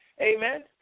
Amen